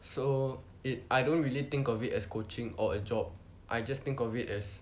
so it I don't really think of it as coaching or a job I just think of it as